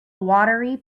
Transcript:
watery